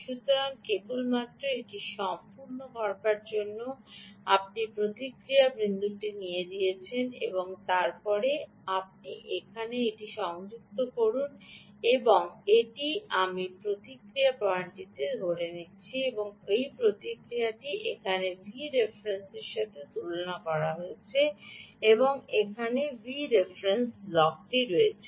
সুতরাং কেবলমাত্র এটি সম্পূর্ণ করার জন্য আপনি প্রতিক্রিয়া বিন্দুটি নিয়ে যান এবং তারপরে এটি এখানে সংযুক্ত করুন এটি আমি প্রতিক্রিয়ার পয়েন্টটি ধরেই নিচ্ছি যে এই প্রতিক্রিয়াটি এখানে Vref এর সাথে তুলনা করা হয়েছে ঠিক এখানে ভিতরে একটি Vref ব্লক রয়েছে